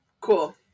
cool